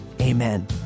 amen